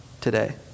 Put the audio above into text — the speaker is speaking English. today